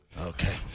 Okay